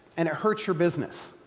and it hurts your business.